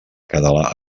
català